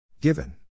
Given